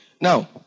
Now